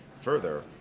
further